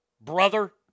brother